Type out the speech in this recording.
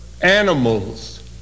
animals